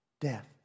death